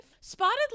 Spotted